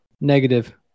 negative